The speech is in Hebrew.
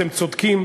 אתם צודקים.